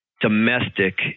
domestic